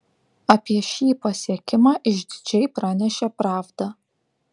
apie šį pasiekimą išdidžiai pranešė pravda